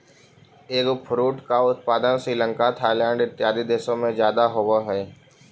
eggfruit का उत्पादन Sri Lanka Thailand इत्यादि देशों में ज्यादा होवअ हई